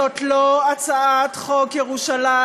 זאת לא הצעת חוק ירושלים,